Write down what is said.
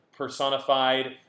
personified